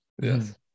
Yes